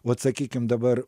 vat sakykim dabar